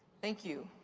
thank you.